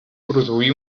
produí